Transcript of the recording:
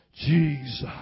Jesus